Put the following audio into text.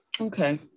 Okay